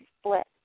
split